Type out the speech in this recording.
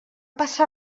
passa